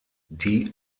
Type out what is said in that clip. die